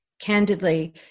candidly